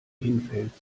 hinfällst